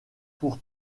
pour